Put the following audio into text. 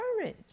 courage